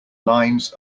lines